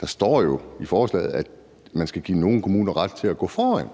Der står jo i forslaget, at man skal give nogle kommuner ret til at gå foran.